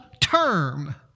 term